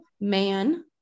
Man